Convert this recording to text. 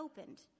opened